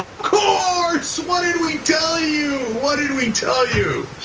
course. so what did we tell you? what did we tell you?